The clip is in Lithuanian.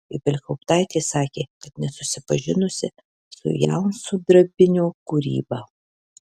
ibelhauptaitė sakė kad nesusipažinusi su jaunsudrabinio kūryba